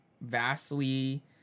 vastly